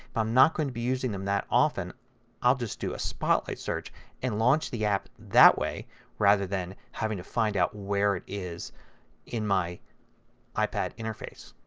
but i'm not going to be using them that often i'll just do a spotlight search and launch the app that way rather than having to find out where it is in my ipad interface.